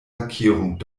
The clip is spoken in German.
lackierung